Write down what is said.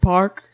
Park